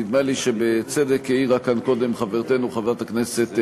נדמה לי שבצדק העירה כאן קודם חברתנו חברת הכנסת לנדבר,